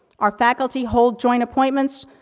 our faculty hold join appointments,